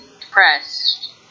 depressed